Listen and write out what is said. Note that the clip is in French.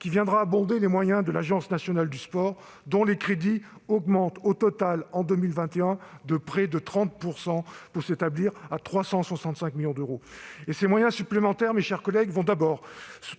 qui viendra abonder les moyens de l'Agence nationale du sport, dont les crédits augmentent en 2021 de près de 30 % pour s'établir à 365 millions d'euros. Ces moyens supplémentaires vont d'abord